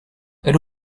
elle